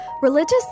Religious